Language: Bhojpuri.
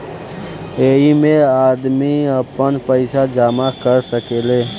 ऐइमे आदमी आपन पईसा जमा कर सकेले